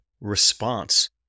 response